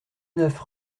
neuf